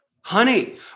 honey